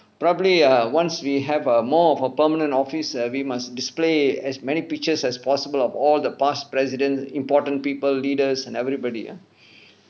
probably err once we have err more of a permanent office err we must display as many pictures as possible of all the past presidents important people leaders and everybody ah